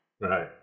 Right